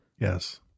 yes